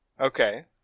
Okay